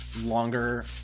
longer